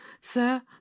sir